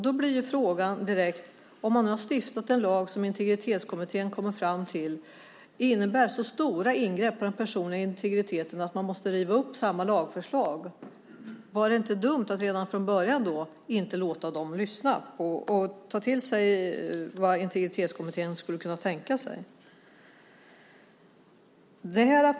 Då blir frågan: Om man har stiftat en lag som Integritetsskyddskommittén kommer fram till innebär så stora ingrepp på den personliga integriteten att man måste riva upp samma lagförslag, var det inte dumt att inte redan från början lyssna på och ta till sig vad Integritetsskyddskommittén skulle kunna tänka sig?